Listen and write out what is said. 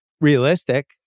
realistic